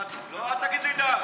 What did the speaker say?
אל תגיד לי די.